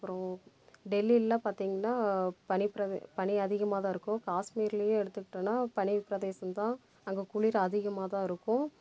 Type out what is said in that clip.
அப்புறம் டெல்லியெல்லாம் பார்த்தீங்னா பனிப்பிரதே பனி அதிகமாக தான் இருக்கும் காஷ்மீர்லேயும் எடுத்துக்குட்டனா பனிப்பிரதேசம் தான் அங்கே குளிர் அதிகமாக தான் இருக்கும்